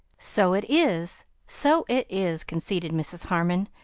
so it is so it is, conceded mrs. harmon.